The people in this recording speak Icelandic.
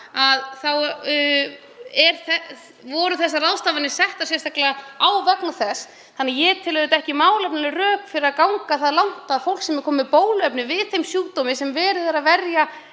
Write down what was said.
þá voru þessar ráðstafanir settar sérstaklega á vegna þess. Ég tel það því ekki málefnaleg rök fyrir því að ganga það langt að fólk sem er með bóluefni við þeim sjúkdómi sem verið er að verja